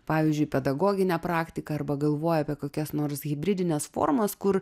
pavyzdžiui pedagoginę praktiką arba galvoji apie kokias nors hibridines formas kur